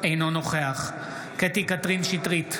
אינו נוכח קטי קטרין שטרית,